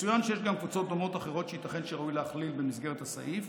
יצוין שיש קבוצות דומות אחרות שייתכן שראוי להכליל במסגרת הסעיף.